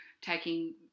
taking